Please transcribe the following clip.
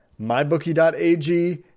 MyBookie.ag